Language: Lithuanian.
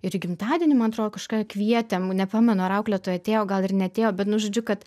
ir į gimtadienį man atrodo kažkada kvietėm nepamenu ar auklėtoja atėjo gal ir neatėjo bet nu žodžiu kad